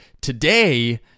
today